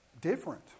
different